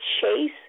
Chase